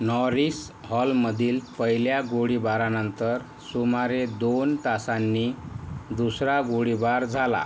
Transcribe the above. Norris हॉलमधील पहिल्या गोळीबारानंतर सुमारे दोन तासांनी दुसरा गोळीबार झाला